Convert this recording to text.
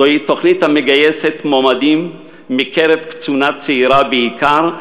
זוהי תוכנית המגייסת מועמדים מקרב קצונה צעירה בעיקר,